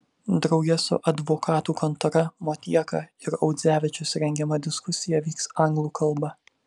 drauge su advokatų kontora motieka ir audzevičius rengiama diskusija vyks anglų kalba